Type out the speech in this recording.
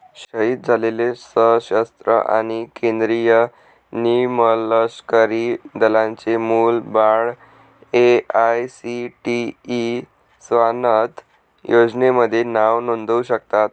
शहीद झालेले सशस्त्र आणि केंद्रीय निमलष्करी दलांचे मुलं बाळं ए.आय.सी.टी.ई स्वानथ योजनेमध्ये नाव नोंदवू शकतात